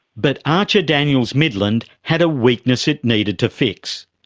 but archer daniels midland had a weakness it needed to fix.